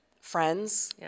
Friends